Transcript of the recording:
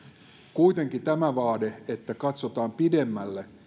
kuitenkin tämä vaade että katsotaan pidemmälle